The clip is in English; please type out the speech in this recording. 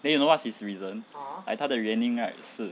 then you know what's his reason like 他的原因是